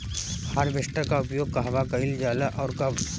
Harvester का उपयोग कहवा कइल जाला और कब?